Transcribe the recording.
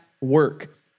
work